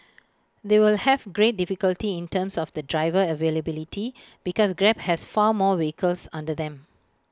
they will have great difficulty in terms of the driver availability because grab has far more vehicles under them